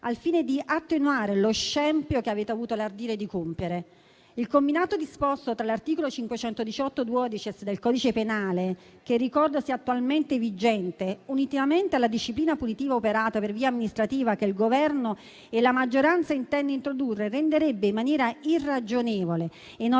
al fine di attenuare lo scempio che avete avuto l'ardire di compiere. Il combinato disposto dell'articolo 518-*duodecies* del codice penale (che ricordo essere attualmente vigente) e della disciplina punitiva operata per via amministrativa, che il Governo e la maggioranza intendono introdurre, renderebbe in maniera irragionevole